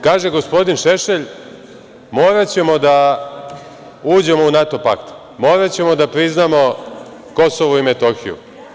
Kaže gospodin Šešelj – moraćemo da uđemo u NATO pakt, moraćemo da priznamo Kosovo i Metohiju.